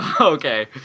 Okay